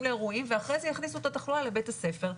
לאירועים ואחרי זה יכניסו את התחלואה לבית הספר,